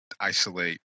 isolate